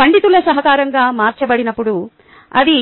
పండితుల సహకారంగా మార్చబడినప్పుడు అది